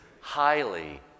highly